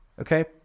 Okay